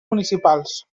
municipals